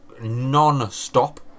non-stop